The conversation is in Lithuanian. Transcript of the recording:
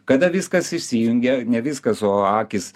kada viskas išsijungė ne viskas o akys